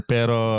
Pero